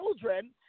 children